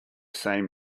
same